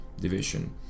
division